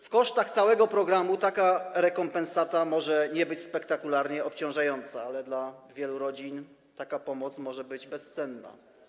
W kosztach całego programu taka rekompensata może nie być spektakularnie obciążająca, ale dla wielu rodzin taka pomoc może być bezcenna.